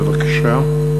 בבקשה.